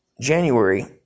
January